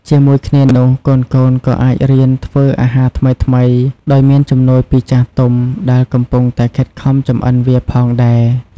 ជាមួយគ្នានោះ កូនៗក៏អាចរៀនធ្វើអាហារថ្មីៗដោយមានជំនួយពីចាស់ទុំ ដែលកំពុងតែខិតខំចម្អិនវាផងដែរ ។